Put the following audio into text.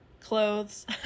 Clothes